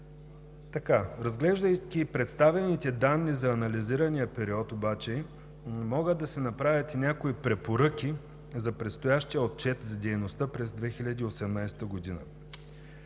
Разглеждайки представените данни за анализирания период обаче, могат да се направят и някои препоръки за предстоящия отчет за дейността през 2018 г.